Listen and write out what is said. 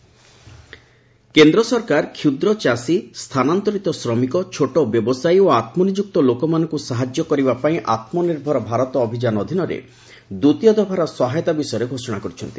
FM announcement କେନ୍ଦ୍ର ସରକାର କ୍ଷୁଦ୍ର ଚାଷୀ ସ୍ଥାନାନ୍ତରିତ ଶ୍ରମିକ ଛୋଟ ବ୍ୟବସାୟୀ ଓ ଆତ୍କନିଯୁକ୍ତ ଲୋକମାନଙ୍କୁ ସାହାଯ୍ୟ କରିବା ପାଇଁ ଆତ୍କନିର୍ଭର ଭାରତ ଅଭିଯାନ ଅଧୀନରେ ଦ୍ୱିତୀୟ ଦଫାର ସହାୟତା ବିଷୟରେ ଘୋଷଣା କରିଛନ୍ତି